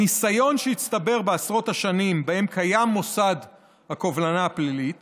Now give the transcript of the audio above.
הניסיון שהצטבר בעשרות השנים שבהן קיים מוסד הקובלנה הפלילית